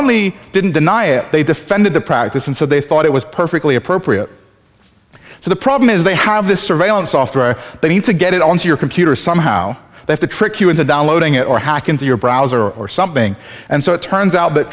only didn't deny it they defended the practice and so they thought it was perfectly appropriate so the problem is they have this surveillance software they need to get it onto your computer somehow they have to trick you into downloading it or hack into your browser or something and so it turns out